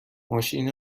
ماشین